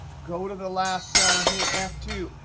go to the last cell and hit f two.